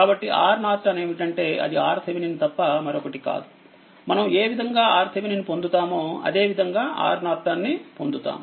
కాబట్టి RN ఏమిటంటే అది RTh తప్ప మరొకటి కాదు మనం ఏ విధంగా RTh పొందుతామో అదే విధముగా RN ని పొందుతాము